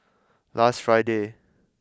last Friday